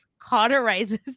cauterizes